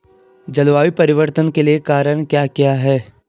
जलवायु परिवर्तन के कारण क्या क्या हैं?